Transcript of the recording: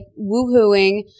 woohooing